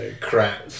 crap